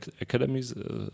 academies